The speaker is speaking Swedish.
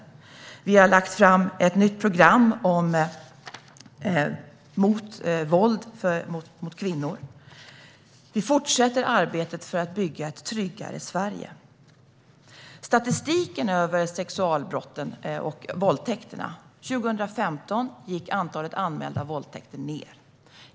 Vi har lagt fram ett nytt program mot våld mot kvinnor. Vi fortsätter arbetet för att bygga ett tryggare Sverige. Enligt statistiken över sexualbrotten och våldtäkterna gick antalet anmälda våldtäkter ned 2015.